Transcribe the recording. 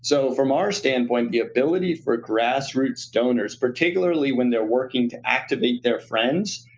so from our standpoint, the ability for grassroots donors, particularly when they're working to activate their friends,